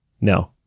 No